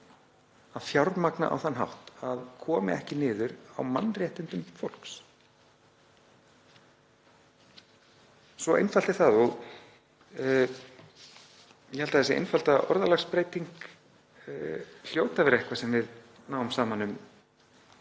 að fjármagna á þann hátt að hann komi ekki niður á mannréttindum fólks. Svo einfalt er það og ég held að þessi einfalda orðalagsbreyting hljóti að vera eitthvað sem við náum saman um